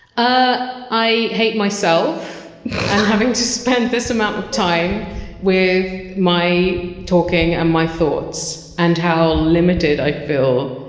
ah i hate myself, and having to spend this amount of time with my talking, and my thoughts, and how limited i feel